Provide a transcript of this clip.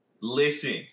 Listen